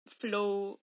flow